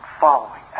following